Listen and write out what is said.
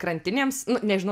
krantinėms nu nežinau